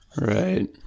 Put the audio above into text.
Right